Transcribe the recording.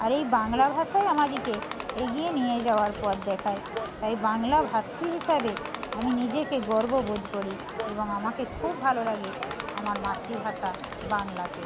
আর এই বাংলা ভাষাই আমাদিকে এগিয়ে নিয়ে যাওয়ার পথ দেখায় তাই বাংলাভাষী হিসাবে আমি নিজেকে গর্ব বোধ করি এবং আমাকে খুব ভালো লাগে আমার মাতৃ ভাষা বাংলাকে